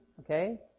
okay